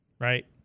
right